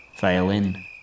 violin